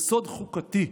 יסוד חוקתי.